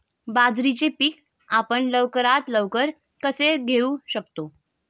बाजरीचे पीक आपण लवकरात लवकर कसे घेऊ शकतो?